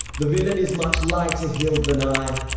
the villain is much lighter heel'd than i.